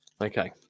Okay